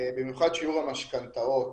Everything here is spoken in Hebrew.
במיוחד שיעור המשכנתאות,